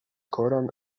koran